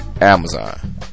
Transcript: Amazon